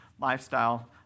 lifestyle